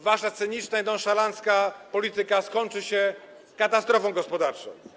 Wasza cyniczna i nonszalancka polityka skończy się katastrofą gospodarczą.